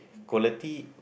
quality